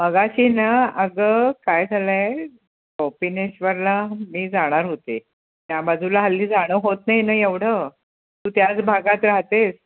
मघाशी ना अग काय झालं आहे कोपिनेश्वरला मी जाणार होते त्या बाजूला हल्ली जाणं होत नाही ना एवढं तू त्याच भागात राहतेस